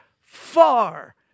far